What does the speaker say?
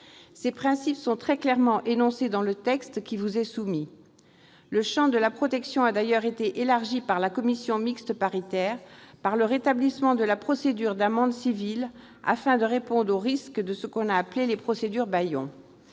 Ces principes sont très clairement énoncés dans le texte qui vous est soumis. Le champ de la protection a d'ailleurs été élargi par la commission mixte paritaire par le rétablissement de la procédure d'amende civile, afin de répondre au risque de ce que l'on a appelé les « procédures bâillons